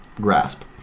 grasp